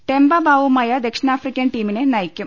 Temba ബാവുമയ ദക്ഷിണാഫ്രിക്കൻ ടീമിനെ നയിക്കും